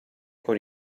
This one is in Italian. con